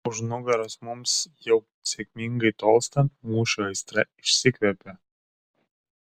už nugaros mums jau sėkmingai tolstant mūšio aistra išsikvepia